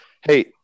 Hey